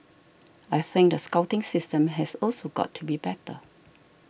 I think the scouting system has also got to be better